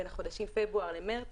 בין חודשים פברואר ומרס